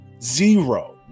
zero